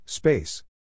Space